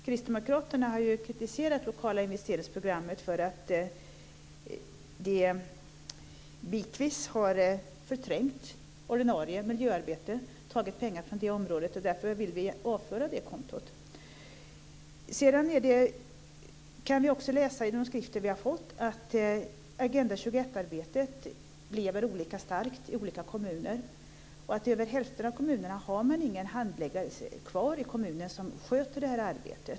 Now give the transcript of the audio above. Kristdemokraterna har ju kritiserat det lokala investeringsprogrammet därför att det delvis har undanträngt det ordinarie miljöarbetet och tagit pengar från det området. Därför vill vi avföra det kontot. Sedan kan vi läsa i de skrifter som vi har fått att Agenda 21-arbetet lever olika starkt i olika kommuner. I över hälften av kommunerna har man ingen handläggare kvar som sköter det arbetet.